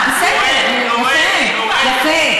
בסדר, יפה.